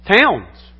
towns